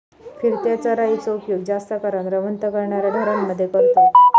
फिरत्या चराइचो उपयोग जास्त करान रवंथ करणाऱ्या ढोरांमध्ये करतत